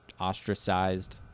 ostracized